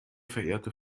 verehrte